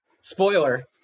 Spoiler